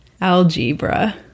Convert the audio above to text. Algebra